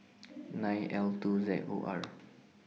nine L two Z O R